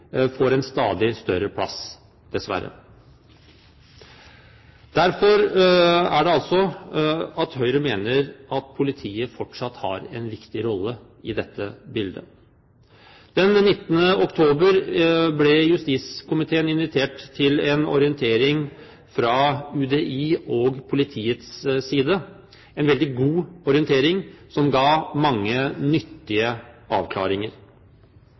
får en stadig større plass, dessverre. Derfor mener Høyre at politiet fortsatt har en viktig rolle i dette bildet. Den 19. oktober ble justiskomiteen invitert til en orientering fra UDI og politiets side – en veldig god orientering som ga mange nyttige avklaringer.